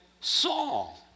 Saul